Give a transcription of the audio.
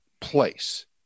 place